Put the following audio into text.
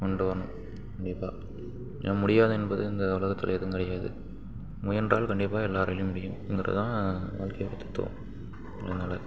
கொண்டு வரணும் கண்டிப்பாக ஏன்னா முடியாது என்பது இந்த உலகத்தில் எதுவும் கிடையாது முயன்றால் கண்டிப்பாக எல்லாராலேயும் முடியும்ங்கிறது தான் வாழ்க்கையோட தத்துவம் அதனால்